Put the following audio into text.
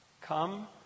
Come